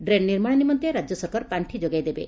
ତେବେ ନିର୍ମାଶ ନିମନ୍ତେ ରାଜ୍ୟ ସରକାର ପାଖି ଯୋଗାଇ ଦେବେ